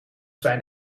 zijn